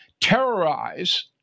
terrorize